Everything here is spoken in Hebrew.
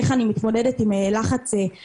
איך אני מתמודדת עם לחץ חברתי,